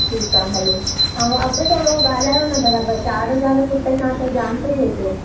ठीकु आहे हले ऐं अघु थोरो ॻाल्हायो न बराबरि चारि हज़ार फूट सां त जाम थो थिए पियो